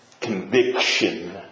conviction